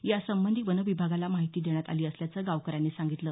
यासंबंधी वनविभागाला माहिती देण्यात आली असल्याचं गावकऱ्यांनी सांगितलं